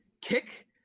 Kick